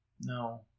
No